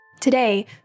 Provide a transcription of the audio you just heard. Today